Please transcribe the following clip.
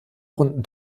runden